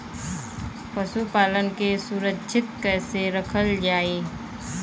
पशुपालन के सुरक्षित कैसे रखल जाई?